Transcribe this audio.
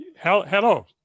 Hello